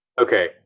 Okay